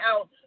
out